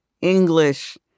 English